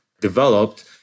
developed